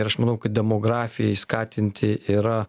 ir aš manau kad demografijai skatinti yra